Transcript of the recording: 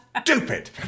stupid